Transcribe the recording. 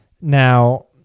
Now